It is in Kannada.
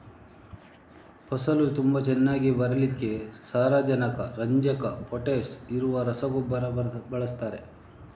ಫಸಲು ತುಂಬಾ ಚೆನ್ನಾಗಿ ಬರ್ಲಿಕ್ಕೆ ಸಾರಜನಕ, ರಂಜಕ, ಪೊಟಾಷ್ ಇರುವ ರಸಗೊಬ್ಬರ ಬಳಸ್ತಾರೆ